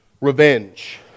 revenge